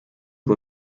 kui